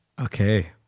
Okay